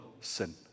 sin